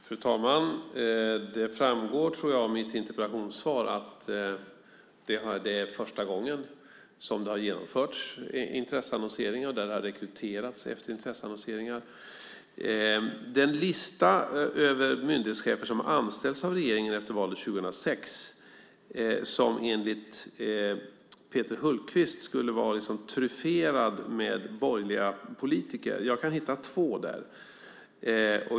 Fru talman! Det framgår, tror jag, av mitt interpellationssvar att det är första gången som det har genomförts intresseannonseringar och där det har rekryterats efter intresseannonseringar. I den lista över myndighetschefer som har anställts av regeringen efter valet 2006 och som enligt Peter Hultqvist skulle vara tryfferad med borgerliga politiker kan jag hitta två.